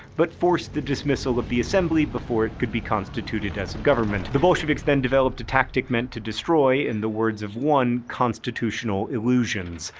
but forced the dismissal of the assembly before it could be constituted as a government. eleven. the bolsheviks then developed a tactic meant to destroy, in the words of one, constitutional illusions.